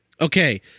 Okay